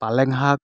পালেং শাক